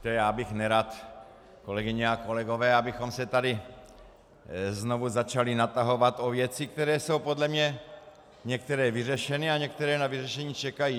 Já bych nerad, kolegyně a kolegové, abychom se tady znovu začali natahovat o věci, které jsou podle mě některé vyřešeny a některé na vyřešení čekají.